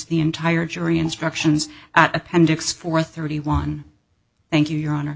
the entire jury instructions appendix four thirty one thank you your honor